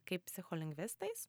kaip psicholingvistais